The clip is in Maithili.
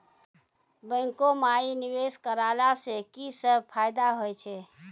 बैंको माई निवेश कराला से की सब फ़ायदा हो छै?